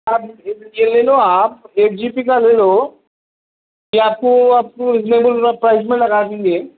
آپ یہ لے لو آپ ایٹ جی بی کا لے لو یہ آپ کو آپ کو ریزنیبل پرائز میں لگا دیں گے